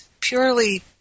purely